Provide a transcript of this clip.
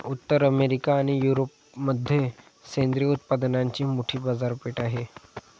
उत्तर अमेरिका आणि युरोपमध्ये सेंद्रिय उत्पादनांची मोठी बाजारपेठ आहे